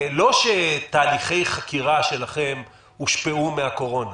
נציגי המשטרה וגם נציגי משרד המשפטים,